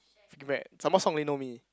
some more Song ling know me